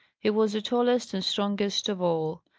he was the tallest and strongest of all.